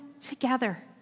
together